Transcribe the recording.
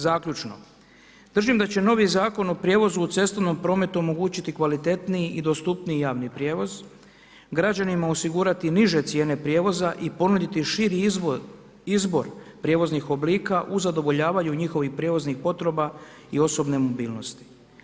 Zaključno, držim da će novi Zakon o prijevozu u cestovnom prometu omogućiti kvalitetniji i dostupniji javni prijevoz, građanima osigurati niže cijene prijevoza i ponuditi širi izbor prijevoznih oblika u zadovoljavanju njihovih prijevoznih potreba i osobne mobilnosti.